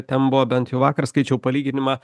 ten buvo bent jau vakar skaičiau palyginimą